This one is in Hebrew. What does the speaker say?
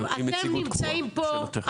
אתם נמצאים פה,